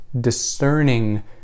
discerning